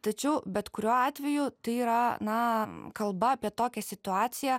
tačiau bet kuriuo atveju tai yra na kalba apie tokią situaciją